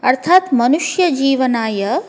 अर्थात् मनुष्यजीवनाय